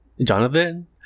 Jonathan